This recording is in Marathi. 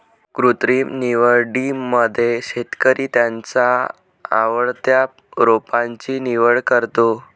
कृत्रिम निवडीमध्ये शेतकरी त्याच्या आवडत्या रोपांची निवड करतो